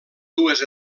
dues